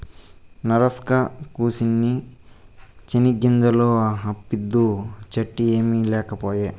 నరసక్కా, కూసిన్ని చెనిగ్గింజలు అప్పిద్దూ, చట్నీ ఏమి లేకపాయే